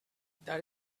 that